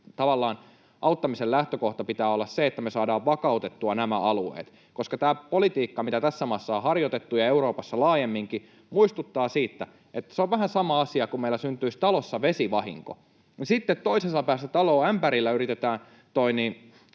auttamisen lähtökohdan pitää olla se, että me saadaan vakautettua nämä alueet, koska tämä politiikka, mitä tässä maassa on harjoitettu ja Euroopassa laajemminkin, muistuttaa siitä, että... Se on vähän sama asia kuin että meillä syntyisi talossa vesivahinko ja sitten toisessa päässä taloa ämpärillä yritetään sitä